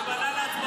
לא, בכלל לא.